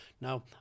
Now